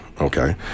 okay